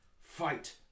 Fight